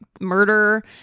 murder